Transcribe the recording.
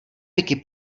wiki